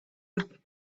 have